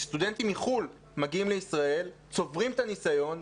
סטודנטים מחו"ל מגיעים לישראל הם צוברים את הניסיון,